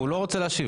הוא לא רוצה להשיב.